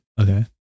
Okay